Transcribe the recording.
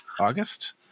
August